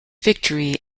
victory